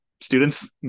students